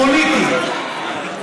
פוליטית,